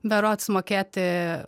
berods mokėti